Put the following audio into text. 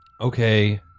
Okay